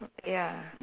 ya